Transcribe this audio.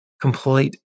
complete